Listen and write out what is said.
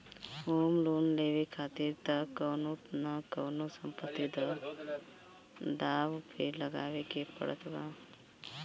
home loan लेवे खातिर तअ कवनो न कवनो संपत्ति तअ दाव पे लगावे के पड़त बा